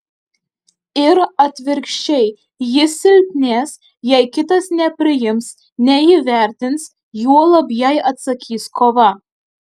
ir atvirkščiai ji silpnės jei kitas nepriims neįvertins juolab jei atsakys kova